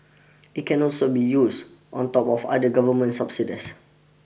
it can also be used on top of other government subsidies